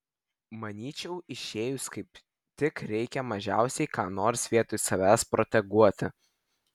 manyčiau išėjus kaip tik reikia mažiausiai ką nors vietoj savęs proteguoti